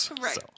Right